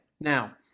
Now